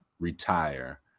retire